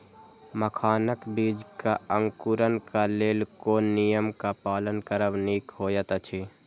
मखानक बीज़ क अंकुरन क लेल कोन नियम क पालन करब निक होयत अछि?